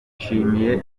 nshimiye